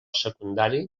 secundari